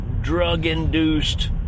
drug-induced